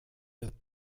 wird